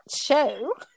show